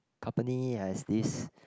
company has this